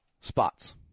spots